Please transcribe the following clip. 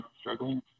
struggling